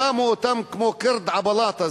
שמו אותם כמו קִרְד עַל-בַּלַאטַה,